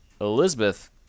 Elizabeth